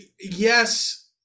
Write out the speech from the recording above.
yes